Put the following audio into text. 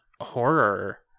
horror